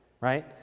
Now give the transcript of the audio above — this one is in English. Right